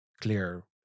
clear